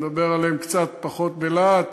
נדבר עליהן קצת פחות בלהט,